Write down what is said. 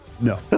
No